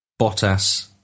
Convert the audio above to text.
Bottas